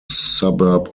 suburb